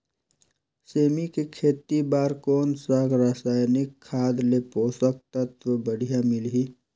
सेमी के खेती बार कोन सा रसायनिक खाद ले पोषक तत्व बढ़िया मिलही?